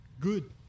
good